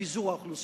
פיזור האוכלוסייה?